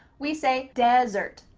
we say desert,